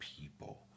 people